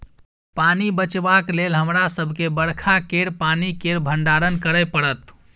पानि बचेबाक लेल हमरा सबके बरखा केर पानि केर भंडारण करय परत